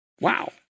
Wow